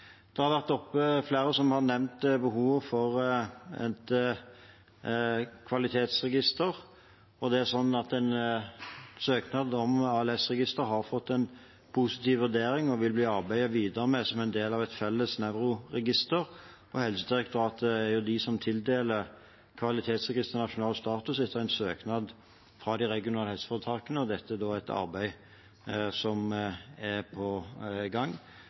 Flere har nevnt behovet for et kvalitetsregister. En søknad om ALS-register har fått en positiv vurdering og vil bli arbeidet videre med som en del av et felles nevroregister. Det er Helsedirektoratet som tildeler kvalitetsregistre nasjonal status etter en søknad fra de regionale helseforetakene. Dette er et arbeid som er på gang.